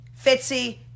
Fitzy